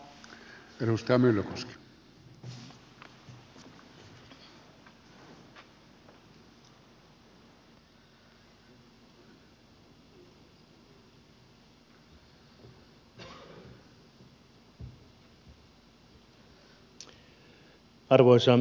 arvoisa herra puhemies